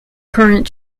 current